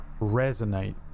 resonate